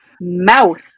mouth